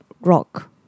rock